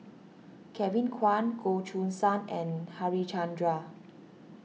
Kevin Kwan Goh Choo San and Harichandra